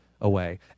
away